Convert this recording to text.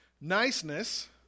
Niceness